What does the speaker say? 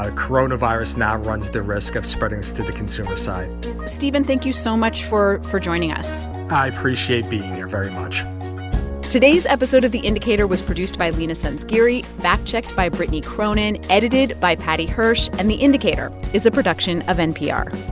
ah coronavirus now runs the risk of spreading this to the consumer side stephen, thank you so much for for joining us i appreciate being here very much today's episode of the indicator was produced by leena sanzgiri, fact-checked by britney cronin, edited by paddy hirsch. and the indicator is a production of npr